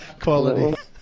Quality